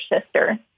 sister